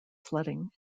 flooding